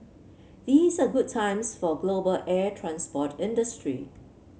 these are good times for global air transport industry